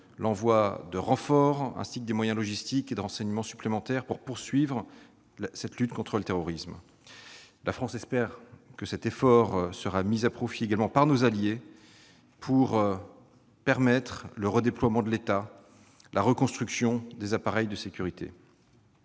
l'envoi de renforts, ainsi que de moyens logistiques et de renseignement supplémentaires pour poursuivre cette lutte contre le terrorisme. La France espère que cet effort sera également mis à profit par nos alliés pour permettre le redéploiement de l'État, la reconstruction des appareils de sécurité.